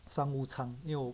商务舱又